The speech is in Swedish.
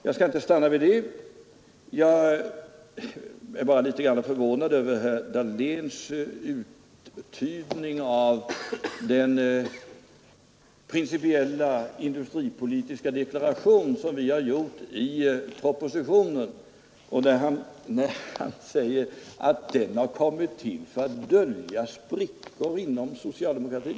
Jag skall inte stanna vid detta; jag är bara litet förvånad över herr Dahléns uttydning av den principiella industripolitiska deklaration som vi har avgivit i propositionen. Han säger att den har tillkommit för att dölja sprickor inom socialdemokratin.